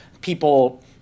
people